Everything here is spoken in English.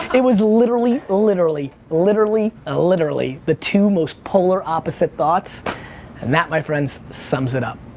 it was literally, literally, literally, ah literally, the two most polar opposite thoughts and that my friends, sums it up.